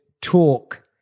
talk